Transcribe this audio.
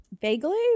Vaguely